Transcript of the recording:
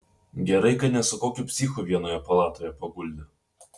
gerai kad ne su kokiu psichu vienoje palatoje paguldė